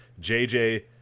JJ